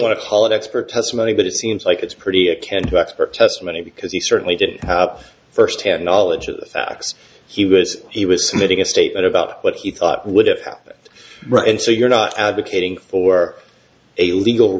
want to call it expert testimony but it seems like it's pretty it can't be expert testimony because he certainly didn't have firsthand knowledge of the facts he was he was submitting a statement about what he thought would have a right and so you're not advocating for a legal